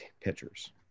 pitchers